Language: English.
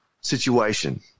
situation